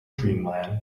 dreamland